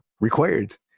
required